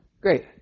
Great